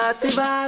siva